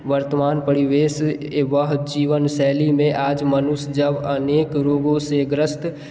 वर्तमान परिवेश एवं जीवन शैली में आज मनुष्य जब अनेक रोगों से ग्रस्त